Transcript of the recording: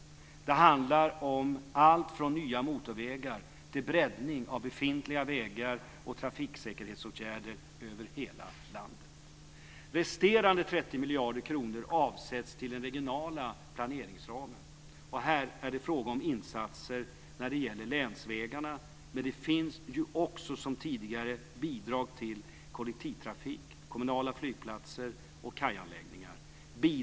Det handlar om allt från nya motorvägar till breddning av befintliga vägar och trafiksäkerhetsåtgärder över hela landet. Resterande 30 miljarder kronor avsätts till den regionala planeringsramen. Här det fråga om insatser för länsvägarna. Det finns också som tidigare bidrag till kollektivtrafik, kommunala flygplatser och kajanläggningar.